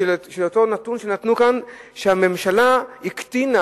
הנתון שהממשלה הקטינה